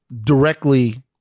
directly